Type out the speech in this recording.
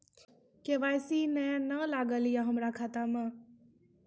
KYC ने न लागल या हमरा खाता मैं?